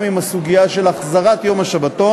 וגם עם הסוגיה של החזרת יום השבתון,